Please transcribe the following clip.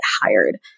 hired